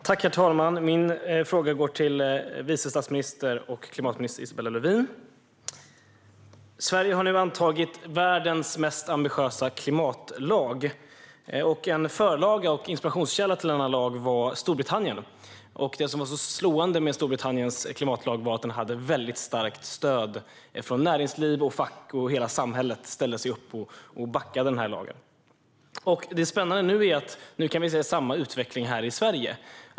Herr talman! Min fråga går till vice statsminister och klimatminister Isabella Lövin. Sverige har nu antagit världens mest ambitiösa klimatlag. En förlaga och inspirationskälla till denna lag var Storbritannien. Det som var så slående med Storbritanniens klimatlag var att den hade ett väldigt starkt stöd. Näringsliv, fack och hela samhället ställde sig bakom den här lagen. Det som är spännande nu är att vi kan se samma utveckling här i Sverige.